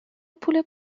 پول